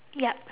yup